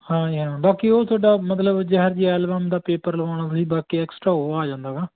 ਹਾਂ ਜੀ ਹਾਂ ਬਾਕੀ ਉਹ ਤੁਹਾਡਾ ਮਤਲਬ ਜਿਹੋ ਜੀ ਐਲਬਮ ਦਾ ਪੇਪਰ ਲਵਾਉਣਾ ਬਾਕੀ ਐਕਸਟਰਾ ਉਹ ਆ ਜਾਂਦਾ ਗਾ